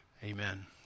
Amen